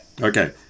Okay